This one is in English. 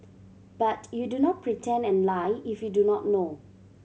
but you do not pretend and lie if you do not know